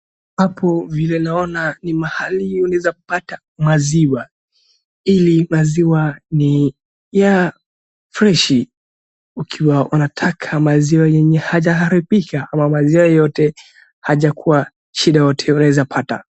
Hapo vile naona ni mahali unaeza pata maziwa, hii maziwa ni ya freshi ikiwa wanataka maziwa yenye hayajaharibika ama maziwa yote hayajakuwa shida yoyote unaeza pata.